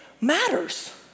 matters